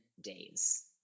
days